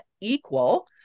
equal